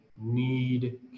need